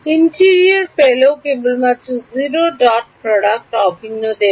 interior ফেলো কেবলমাত্র 0 dot product অভিন্নভাবে দেবে